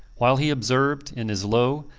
while he observed, in his low,